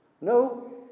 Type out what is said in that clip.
No